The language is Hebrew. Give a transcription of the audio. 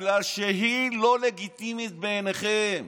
בגלל שהיא לא לגיטימית בעיניכם.